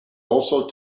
also